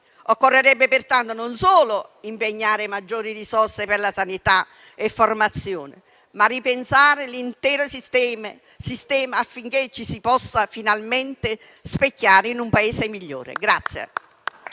Occorrerebbe pertanto non solo impegnare maggiori risorse per la sanità e la formazione, ma anche ripensare l'intero sistema, affinché ci si possa finalmente specchiare in un Paese migliore.